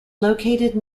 located